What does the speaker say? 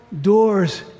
doors